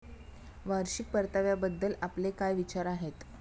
वार्षिक परताव्याबद्दल आपले काय विचार आहेत?